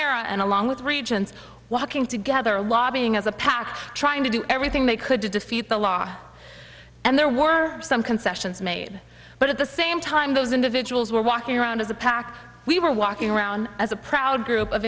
era and along with regions walking together lobbying as a pac trying to do everything they could to defeat the law and there were some concessions made but at the same time those individuals were walking around as a pac we were walking around as a proud group of